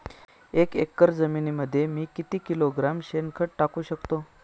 एक एकर जमिनीमध्ये मी किती किलोग्रॅम शेणखत टाकू शकतो?